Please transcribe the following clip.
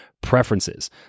preferences